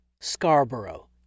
Scarborough